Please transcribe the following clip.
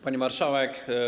Pani Marszałek!